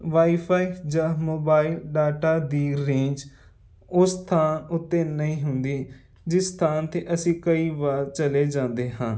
wifi ਜਾਂ mobile data ਦੀ range ਉਸ ਥਾਂ ਉੱਤੇ ਨਹੀਂ ਹੁੰਦੀ ਜਿਸ ਸਥਾਨ 'ਤੇ ਅਸੀਂ ਕਈ ਵਾਰ ਚਲੇ ਜਾਂਦੇ ਹਾਂ